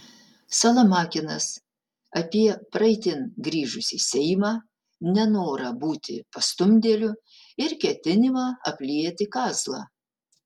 salamakinas apie praeitin grįžusį seimą nenorą būti pastumdėliu ir ketinimą aplieti kazlą